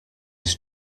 his